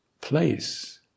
place